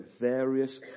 various